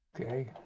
Okay